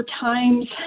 times